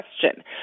question